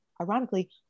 ironically